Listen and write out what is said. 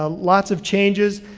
ah lots of changes,